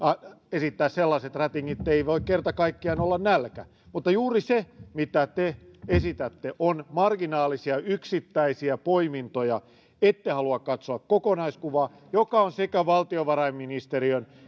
esittää sellaiset rätingit ettei voi kerta kaikkiaan olla nälkä mutta juuri ne mitä te esitätte ovat marginaalisia yksittäisiä poimintoja ette halua katsoa kokonaiskuvaa joka on sekä valtiovarainministeriön